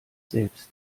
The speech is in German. selbst